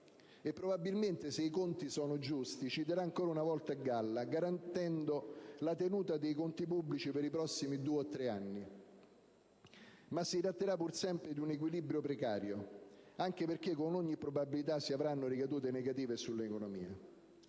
probabilmente ci terrà ancora una volta a galla, garantendo la tenuta dei conti pubblici per i prossimi due o tre anni. Ma si tratterà pur sempre di un equilibrio precario. Anche perché, con ogni probabilità, si avranno ricadute negative sull'economia.